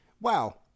wow